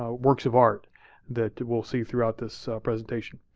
ah works of art that we'll see throughout this presentation.